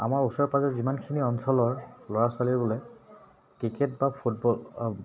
আমাৰ ওচৰে পাঁজৰে যিমানখিনি অঞ্চলৰ ল'ৰা ছোৱালীবোৰে ক্ৰিকেট বা ফুটবল